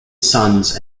sons